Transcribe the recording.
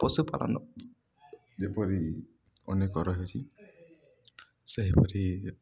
ପଶୁପାଳନ ଯେପରି ଅନେକ ରହିଛି ସେହିପରି